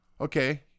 okay